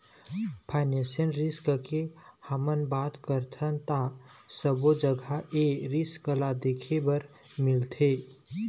financial risk के हमन बात करन ता सब्बो जघा ए रिस्क हमन ल देखे बर मिलथे